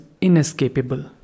inescapable